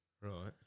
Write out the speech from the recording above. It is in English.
right